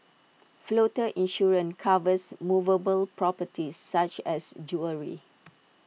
floater insurance covers movable properties such as jewellery